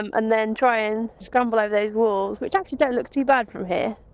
um and then try and scramble over those walls, which actually don't look too bad from here,